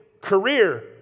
career